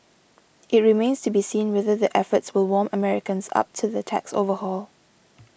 it remains to be seen whether the efforts will warm Americans up to the tax overhaul